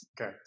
okay